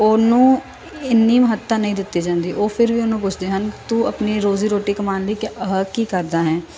ਉਹਨੂੰ ਇੰਨੀ ਮਹੱਤਤਾ ਨਹੀਂ ਦਿੱਤੀ ਜਾਂਦੀ ਉਹ ਫਿਰ ਵੀ ਉਹਨੂੰ ਪੁੱਛਦੇ ਹਨ ਤੂੰ ਆਪਣੀ ਰੋਜ਼ੀ ਰੋਟੀ ਕਮਾਉਣ ਲਈ ਕਿਆ ਆਹ ਕੀ ਕਰਦਾ ਹੈ